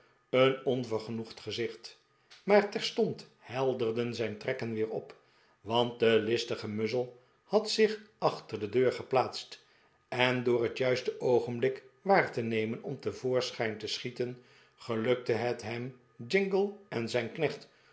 een onvergenoegd gezicht maar terstond helderden zijn trekken weer op want de listige muzzle had zich achter de deur geplaatst en door het juiste oogenblik waar te nemen om te voorschijn te schieten gelukte het hem jingle en zijn knecht